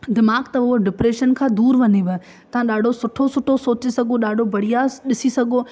दिमाग़ु अथव उहो डिप्रैशन खां दूरि वञेव तव्हां ॾाढो सुठो सुठो सोची सघो ॾाढो बढ़ियासीं ॾिसी सघो